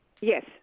Yes